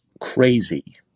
crazy